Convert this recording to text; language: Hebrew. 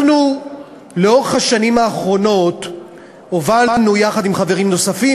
לאורך השנים האחרונות הובלנו יחד עם חברים נוספים,